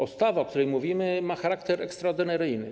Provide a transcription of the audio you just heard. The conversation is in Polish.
Ustawa, o której mówimy, ma charakter ekstraordynaryjny.